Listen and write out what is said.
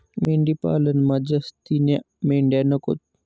मेंढी पालनमा जास्तीन्या मेंढ्या नकोत